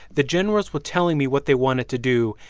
the generals were telling me what they wanted to do,